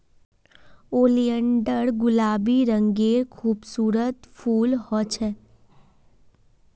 oleander गुलाबी रंगेर खूबसूरत फूल ह छेक